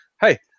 Hey